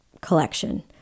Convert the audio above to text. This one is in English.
collection